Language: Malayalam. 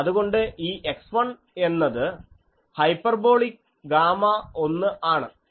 അതുകൊണ്ട് ഈ x1 എന്നത് ഹൈപ്പർബോളിക് ഗാമ 1 ആണ്